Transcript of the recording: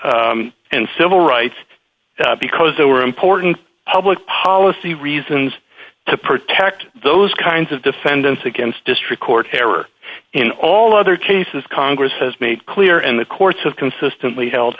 and and civil rights because they were important public policy reasons to protect those kinds of defendants against district court error in all other cases congress has made clear and the courts have consistently held